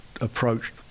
approached